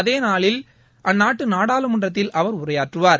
அதேநாளில் அந்நாட்டு நாடாளுமன்றத்தில் அவர் உரையாற்றுவார்